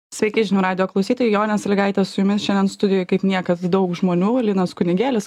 sveiki žinių radijo klausytojai jonė salygaitė su jumis šiandien studijoj kaip niekad daug žmonių linas kunigėlis